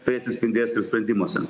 tai atsispindės jų sprendimuose